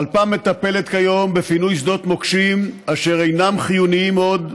הרלפ"מ מטפלת כיום בפינוי שדות מוקשים אשר אינם חיוניים עוד